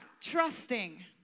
trusting